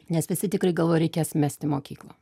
nes visi tikrai galvojo reikės mesti mokyklą